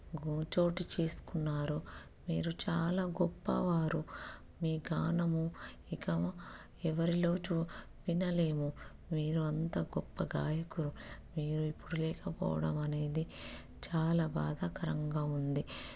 go చోటు చేసుకున్నారు మీరు చాలా గొప్పవారు మీ గానము ఇక ఎవరిలో చు వినలేము మీరు అంత గొప్ప గాయకులు మీరు ఇప్పుడు లేకపోవడం అనేది చాలా బాధాకరంగా ఉంది